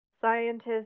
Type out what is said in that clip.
scientists